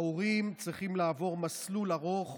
ההורים צריכים לעבור מסלול ארוך